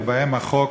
ובהם החוק